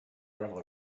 gravel